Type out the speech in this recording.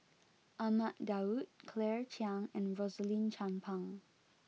Ahmad Daud Claire Chiang and Rosaline Chan Pang